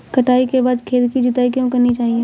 कटाई के बाद खेत की जुताई क्यो करनी चाहिए?